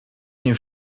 nie